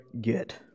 get